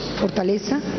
Fortaleza